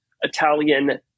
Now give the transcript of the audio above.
Italian